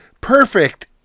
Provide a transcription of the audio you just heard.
perfect